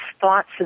thoughts